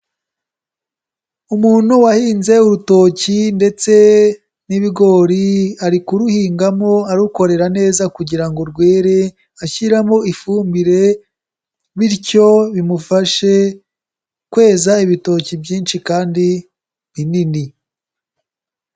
Umuntu wahinze urutoki ndetse n'ibigori, ari kuruhingamo arukorera neza kugira ngo rwere ashyiramo ifumbire bityo bimufashe kweza ibitoki byinshi kandi binini.